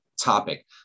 topic